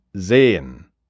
sehen